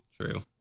true